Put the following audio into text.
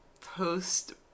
post-